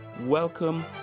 Welcome